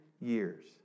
years